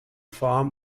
farm